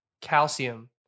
Calcium